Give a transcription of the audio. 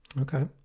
Okay